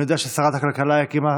אני יודע ששרת הכלכלה הקימה